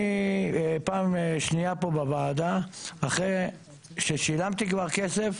אני בפעם השנייה פה בוועדה, אחרי ששילמתי כבר כסף